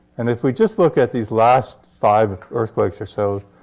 and if we just look at these last five earthquakes or so,